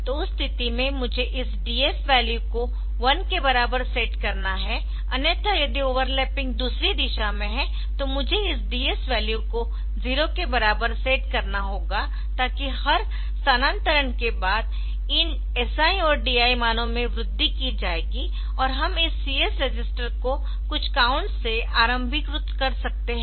तो उस स्थिति में मुझे इस DF वैल्यू को 1 के बराबर सेट करना है अन्यथा यदि ओवरलैपिंग दूसरी दिशा में है तो मुझे इस DF वैल्यू को 0 के बराबर सेट करना होगा ताकि हर स्थानांतरण के बाद इन SI और DI मानों में वृद्धि की जाएगी और हम इस CS रजिस्टर को कुछ काउंट से आरंभीकृत कर सकते है